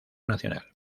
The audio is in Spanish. nacional